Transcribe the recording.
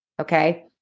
Okay